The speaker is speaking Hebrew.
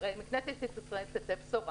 הרי מכנסת ישראל תצא בשורה